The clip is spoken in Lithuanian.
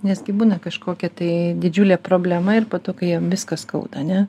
nes kai būna kažkokia tai didžiulė problema ir po to kai jam viską skauda ane